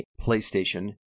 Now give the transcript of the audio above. PlayStation